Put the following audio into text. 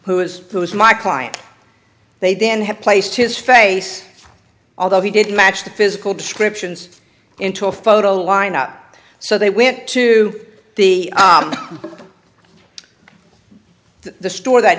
who is who is my client they then have placed his face although he didn't match the physical descriptions into a photo lineup so they went to the to the store that